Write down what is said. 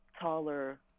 taller